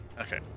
Okay